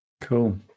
cool